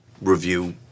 review